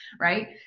right